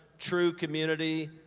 true community,